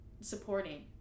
supporting